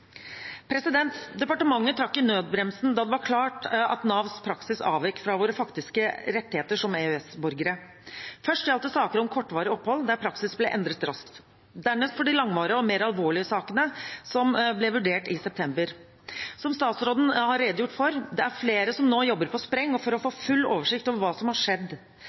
Departementet trakk i nødbremsen da det var klart at Navs praksis avvek fra våre faktiske rettigheter som EØS-borgere. Først gjaldt det saker om kortvarig opphold, der praksis ble endret raskt, dernest de langvarige og mer alvorlige sakene, som ble vurdert i september. Som statsråden har redegjort for: Det er flere som nå jobber på spreng for å få full oversikt over hva som har skjedd.